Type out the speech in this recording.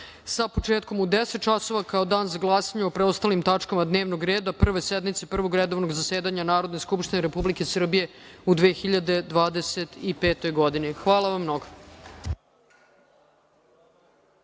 sa početkom u 10.00 časova kao Dan za glasanje o preostalim tačkama dnevnog reda Prve sednice Prvog redovnog zasedanja Narodne skupštine Republike Srbije u 2025. godini. Hvala vam mnogo.